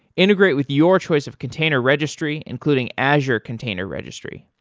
integrate with your choice of container registry, including azure container registry.